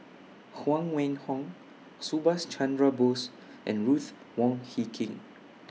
Huang Wenhong Subhas Chandra Bose and Ruth Wong Hie King